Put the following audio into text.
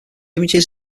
images